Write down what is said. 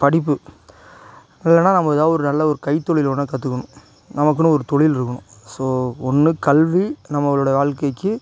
படிப்பு இல்லைனா நம்ம ஏதாவது ஒரு நல்ல ஒரு கைத்தொழில் ஒன்ன கற்றுக்கணும் நமக்குன்னு ஒரு தொழில் இருக்குணும் ஸோ ஒன்று கல்வி நம்மளுடைய வாழ்க்கைக்கு